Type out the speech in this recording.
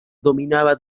dominaba